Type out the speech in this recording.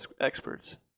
experts